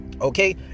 Okay